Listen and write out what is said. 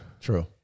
true